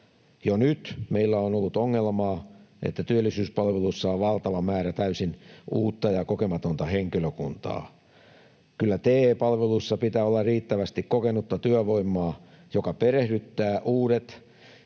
Jo nyt meillä on ollut ongelmaa, että työllisyyspalveluissa on valtava määrä täysin uutta ja kokematonta henkilökuntaa. Kyllä TE-palveluissa pitää olla riittävästi kokenutta työvoimaa, joka perehdyttää uudet